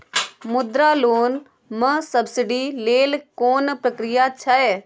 मुद्रा लोन म सब्सिडी लेल कोन प्रक्रिया छै?